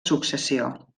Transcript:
successió